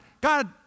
God